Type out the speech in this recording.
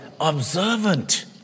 observant